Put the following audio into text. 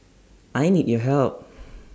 I need your help